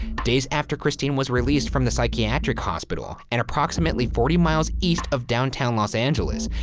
days after christine was released from the psychiatric hospital, and approximately forty miles east of downtown los angeles,